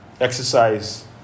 Exercise